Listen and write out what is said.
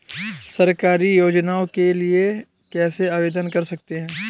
सरकारी योजनाओं के लिए कैसे आवेदन कर सकते हैं?